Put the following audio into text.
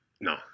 No